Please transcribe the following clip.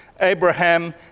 Abraham